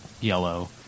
yellow